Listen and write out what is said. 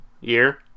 year